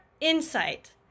insight